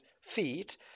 Feet